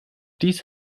dies